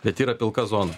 bet yra pilka zona